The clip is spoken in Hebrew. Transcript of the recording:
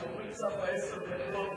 כשעוברים את סף עשר הדקות,